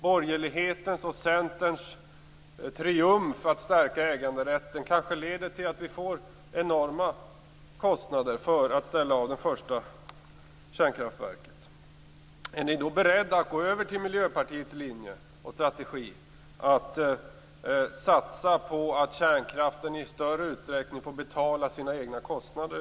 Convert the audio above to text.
Borgerlighetens och Centerns triumf att stärka äganderätten kanske leder till att vi får enorma kostnader för att ställa av det första kärnkraftverket. Är ni då beredda att gå över till Miljöpartiets linje och strategi att satsa på att kärnkraften i större utsträckning får betala sina egna kostnader?